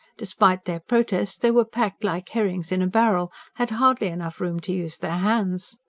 despite their protests they were packed like herrings in a barrel had hardly enough room to use their hands.